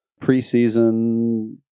preseason